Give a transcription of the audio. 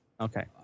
Okay